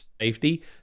safety